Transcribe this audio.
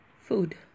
food